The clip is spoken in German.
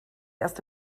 erst